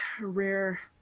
rare